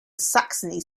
saxony